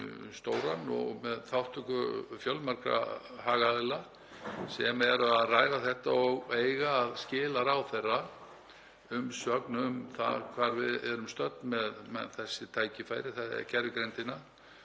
með þátttöku fjölmargra hagaðila sem eru að ræða þetta og eiga að skila ráðherra umsögn um það hvar við erum stödd varðandi þessi tækifæri, þ.e. gervigreindar.